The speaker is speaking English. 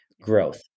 growth